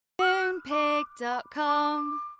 Moonpig.com